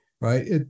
right